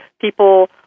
People